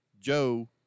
Joe